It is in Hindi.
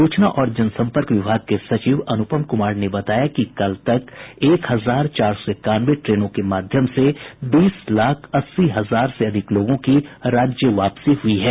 सूचना और जनसम्पर्क विभाग के सचिव अनुपम कुमार ने बताया कि कल तक एक हजार उनचास ट्रेनों के माध्यम से बीस लाख अस्सी हजार लोगों की राज्य वापसी हुई है